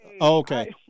Okay